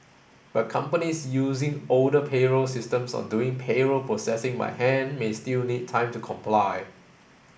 but companies using older payroll systems or doing payroll processing by hand may still need time to comply